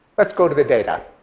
let's go to the data,